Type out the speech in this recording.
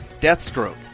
Deathstroke